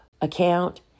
account